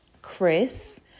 Chris